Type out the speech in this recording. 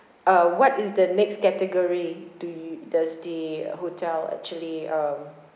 uh what is the next category do you does the hotel actually um